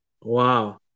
Wow